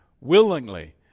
willingly